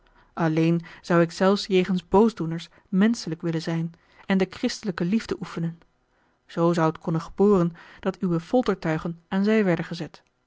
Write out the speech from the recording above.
alleen zou ik zelfs jegens boosdoeners menschelijk willen zijn en de christelijke liefde oefenen zoo zou t konnen gebeuren dat uwe foltertuigen aan zij werden gezet